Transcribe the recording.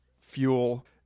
fuel